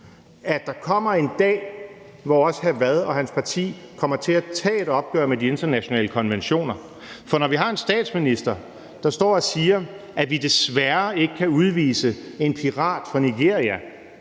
at der kommer en dag, hvor også hr. Frederik Vad og hans parti kommer til at tage et opgør med de internationale konventioner. For når vi har en statsminister, der står og siger, at vi desværre ikke kan udvise en pirat fra Nigeria